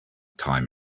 time